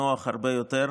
הנוח הרבה יותר,